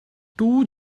two